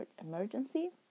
emergency